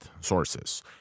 sources